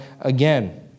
again